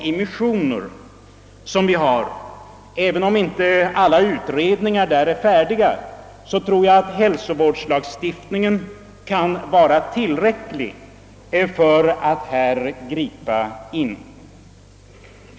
Även om alla utredningar på detta område inte är färdiga, tror jag att hälso vårdslagstiftningen ger möjligheter till ett ingripande.